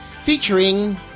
featuring